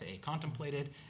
contemplated